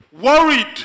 worried